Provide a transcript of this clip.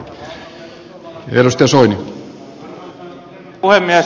arvoisa herra puhemies